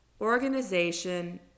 Organization